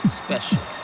special